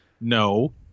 no